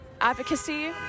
advocacy